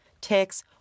ticks